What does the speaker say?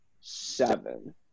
seven